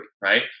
right